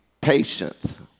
patience